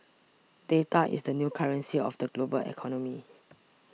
data is the new currency of the global economy